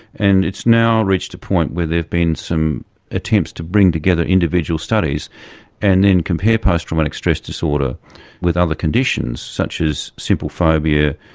and it's now reached a point where been some attempts to bring together individual studies and then compare post-traumatic stress disorder with other conditions, such as simple phobia,